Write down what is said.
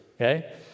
Okay